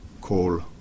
coal